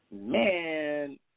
Man